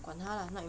管他啦